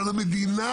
אבל המדינה